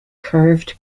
curved